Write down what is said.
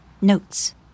Notes